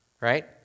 right